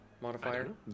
modifier